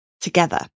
together